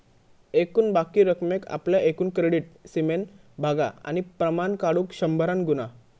एकूण बाकी रकमेक आपल्या एकूण क्रेडीट सीमेन भागा आणि प्रमाण काढुक शंभरान गुणा